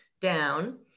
down